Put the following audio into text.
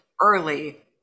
early